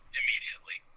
immediately